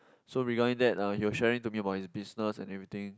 so regarding that he was sharing to me about his business and everything